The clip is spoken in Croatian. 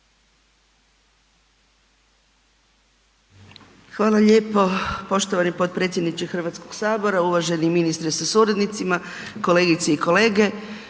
Hvala lijepa poštovani potpredsjedniče HS, uvaženi ministre sa suradnicima, kolegice i kolege,